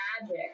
magic